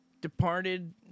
Departed